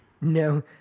No